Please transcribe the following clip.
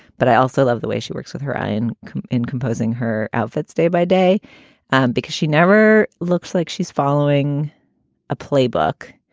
but i also love the way she works with her eye and in composing her outfits day by day because she never looks like she's following a playbook.